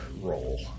roll